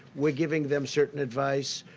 we're giving them certain advice.